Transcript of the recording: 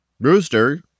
Rooster